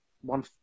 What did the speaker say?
one